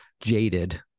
jaded